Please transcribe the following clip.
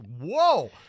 whoa